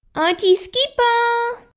auntie skipper!